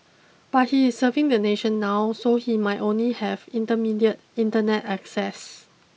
but he is serving the nation now so he might only have intermediate internet access